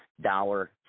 dollar